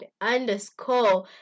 underscore